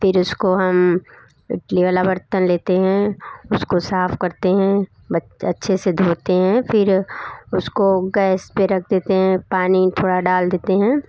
फिर इसको हम इडली वाला बर्तन लेते हैं उसको साफ़ करते हैं अच्छे से धोते हैं फिर उसको गैस पर रख देते हैं पानी थोड़ा डाल देते हैं